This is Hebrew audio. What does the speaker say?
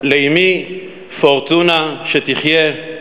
לאמי פורטונה שתחיה,